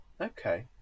Okay